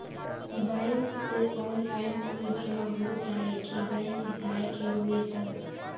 Bank से online कोई बिमा हो जाई कि बैंक जाए के होई त?